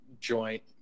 joint